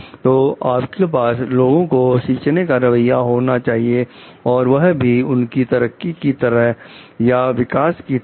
तो आपके पास लोगों को सीचने का रवैया होना चाहिए और वह भी उनकी तरक्की की तरह या विकास की तरफ